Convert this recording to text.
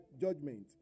judgment